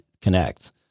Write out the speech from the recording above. connect